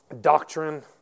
doctrine